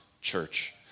church